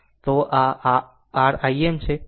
તો આ r Im છે r i2 આલેખ છે